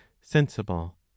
sensible